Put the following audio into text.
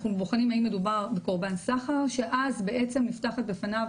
אנחנו בוחנים האם מדובר בקורבן סחר שאז באמת נפתחת בפניו